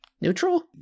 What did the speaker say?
Neutral